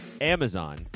amazon